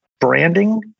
branding